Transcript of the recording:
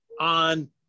on